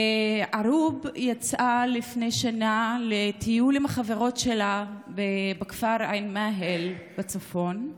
ערוב יצאה לפני שנה לטיול עם החברות שלה בכפר עין מאהל בצפון.